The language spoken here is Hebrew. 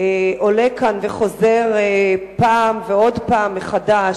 עולה כאן וחוזר פעם ועוד פעם מחדש.